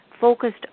focused